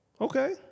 Okay